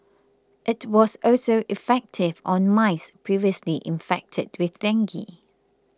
it was also effective on mice previously infected with dengue